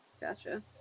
Gotcha